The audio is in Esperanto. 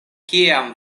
kiam